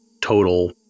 total